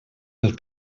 pel